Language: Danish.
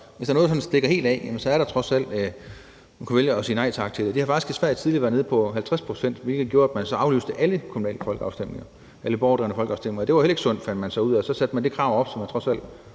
hvis der er noget, som stikker helt af, kan man trods alt vælge at sige nej tak til det. De har faktisk i Sverige tidligere været nede på 50 pct., hvilket gjorde, at man så aflyste alle borgerdrevne folkeafstemninger, og det var heller ikke sundt, fandt man så ud af. Så satte man det krav op, så der trods alt